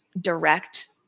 direct